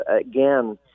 again